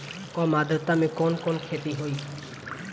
कम आद्रता में कवन कवन खेती होई?